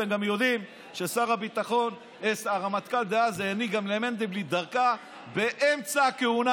אתם גם יודעים שהרמטכ"ל דאז העניק למנדלבליט דרגה באמצע הכהונה,